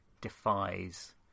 defies